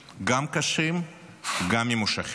גם קשים וגם ממושכים.